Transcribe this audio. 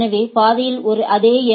எனவே பாதையில் அதே எ